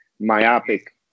myopic